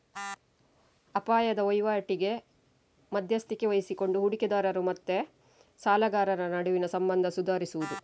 ಅಪಾಯದ ವೈವಾಟಿಗೆ ಮಧ್ಯಸ್ಥಿಕೆ ವಹಿಸಿಕೊಂಡು ಹೂಡಿಕೆದಾರರು ಮತ್ತೆ ಸಾಲಗಾರರ ನಡುವಿನ ಸಂಬಂಧ ಸುಧಾರಿಸುದು